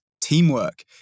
teamwork